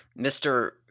Mr